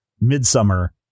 midsummer